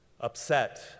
upset